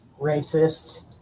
Racists